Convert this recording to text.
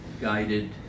guided